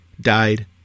died